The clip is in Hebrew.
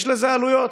יש לזה עלויות.